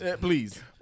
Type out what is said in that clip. please